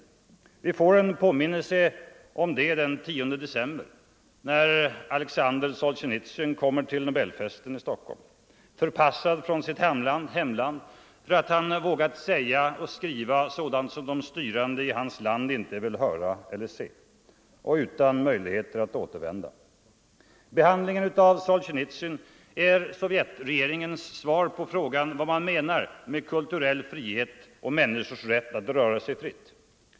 nedrustningsfrågor Vi får en påminnelse om det den 10 december när Alexander Solna zjenitsyn kommer till Nobelfesten i Stockholm, förpassad från sitt hemland för att han vågat säga och skriva sådant som de styrande inte vill höra eller se och utan möjlighet att återvända. Behandlingen av Solzjenitsyn är sovjetsregeringens svar på frågan vad man menar med kulturell frihet och människors rätt att röra sig fritt.